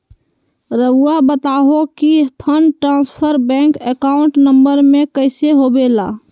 रहुआ बताहो कि fund transfer bank account number में कैसे होबेला?